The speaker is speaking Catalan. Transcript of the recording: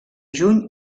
juny